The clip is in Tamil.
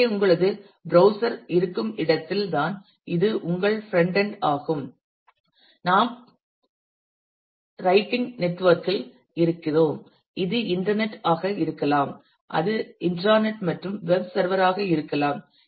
எனவே உங்களது ப்ரௌஸ்சர் இருக்கும் இடத்தில்தான் இது உங்கள் பிறண்ட் என்ட் ஆகும் நாம் பொது ரைட்டிங் நெட்வொர்க்கில் இருக்கிறோம் அது இன்டர்நெட் ஆக இருக்கலாம் அது இன்ட்றாநெட் மற்றும் வெப் சர்வர் ஆக இருக்கலாம்